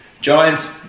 Giants